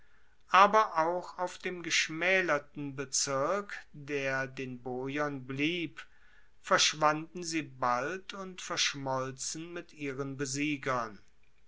aber auch auf dem geschmaelerten bezirk der den boiern blieb verschwanden sie bald und verschmolzen mit ihren besiegern